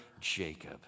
Jacob